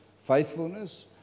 faithfulness